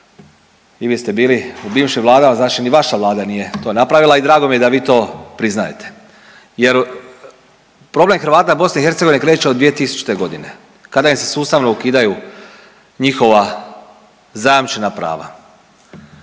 vi ste bili u bivšim vladama, znači ni vaša vlada nije to napravila i drago mi je da vi to priznajete. Jer problem Hrvata BiH kreće od 2000. godine kada im se sustavno ukidaju njihova zajamčena prava.